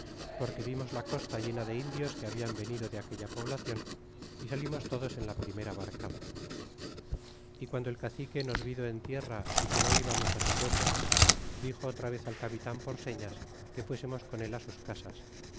porque vimos la costa llena de indios que hablan venido de aquella poblacion y salimos todos en la primera barcada y guando el cacique nos vido en tierra y que no ibamos su pueblo dixo otra vez al capitan por señas que fuesemos con él sus casas